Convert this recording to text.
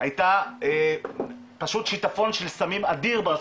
היה פשוט שיטפון אדיר של סמים בארה"ב.